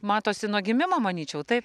matosi nuo gimimo manyčiau taip